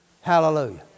Hallelujah